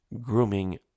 grooming